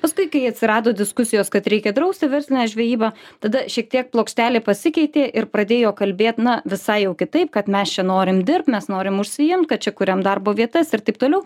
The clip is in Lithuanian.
paskui kai atsirado diskusijos kad reikia drausti verslinę žvejybą tada šiek tiek plokštelė pasikeitė ir pradėjo kalbėti na visai jau kitaip kad mes norim dirbt mes norim užsiimt kad čia kuriam darbo vietas ir taip toliau